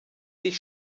sich